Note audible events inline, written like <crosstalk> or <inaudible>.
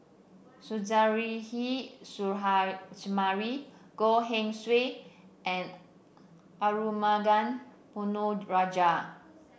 Suzairhe <unintelligible> Sumari Goh <unintelligible> Swee and Arumugam Ponnu Rajah